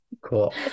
Cool